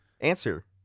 Answer